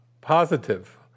positive